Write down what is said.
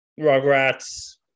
Rugrats